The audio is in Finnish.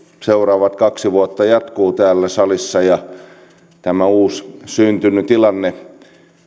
seuraavat kaksi vuotta jatkuu täällä salissa tämä uusi syntynyt tilanne